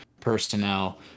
personnel